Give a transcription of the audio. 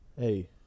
Hey